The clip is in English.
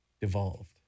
Devolved